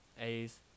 A's